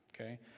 okay